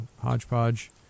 hodgepodge